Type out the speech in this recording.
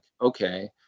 okay